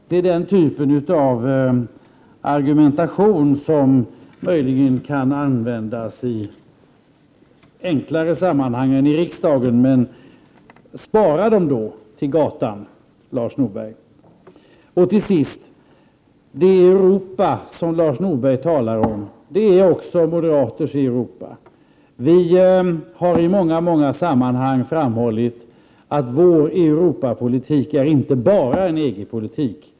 Det är den typen av argumentation som möjligen kan användas i enklare sammanhang än i riksdagen, men spara dem till gatan, Lars Norberg! Till sist: Det Europa som Lars Norberg talar om är också moderaternas Europa. Vi har i många sammanhang framhållit att vår Europapolitik inte bara är en EG-politik.